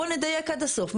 בוא נדייק עד הסוף.